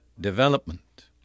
development